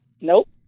nope